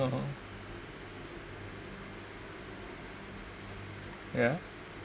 (uh huh) yeah